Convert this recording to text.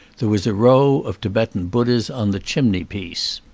there was a row of tibetan buddhas on the chimney piece.